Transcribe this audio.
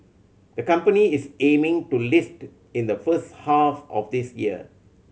the company is aiming to list in the first half of this year